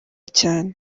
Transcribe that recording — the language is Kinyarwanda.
cyane